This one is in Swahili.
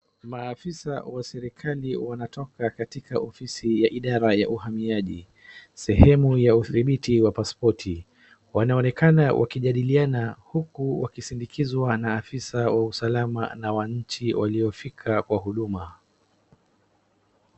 Maafisa wa serikali wanatoka katika ofisi ya idara ya uhamiaji, sehemu ya udhibiti wa pasipoti. Wanaonekana wakijadiliana huku wakisidikizwa na afisa wa usalalama na wanchi waliofika kwa Huduma.